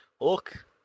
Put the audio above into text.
Look